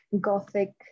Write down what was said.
Gothic